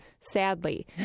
sadly